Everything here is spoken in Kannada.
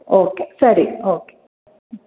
ಓಕೆ ಸರಿ ಓಕೆ